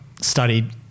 studied